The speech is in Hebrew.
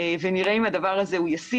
ונראה אם הדבר הזה הוא ישים.